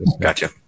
Gotcha